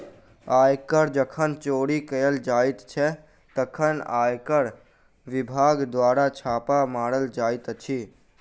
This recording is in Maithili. आयकर जखन चोरी कयल जाइत छै, तखन आयकर विभाग द्वारा छापा मारल जाइत अछि